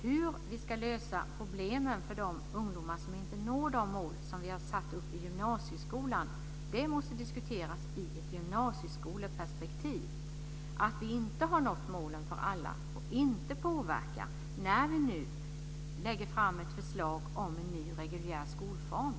Hur vi ska lösa problemen för de ungdomar som inte når de mål i gymnasieskolan som vi har satt upp måste diskuteras i ett gymnasieskoleperspektiv. Att vi inte har nått målen för alla får inte påverka när vi nu lägger fram ett förslag om en ny reguljär skolform.